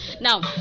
Now